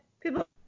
People